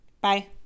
Bye